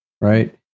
right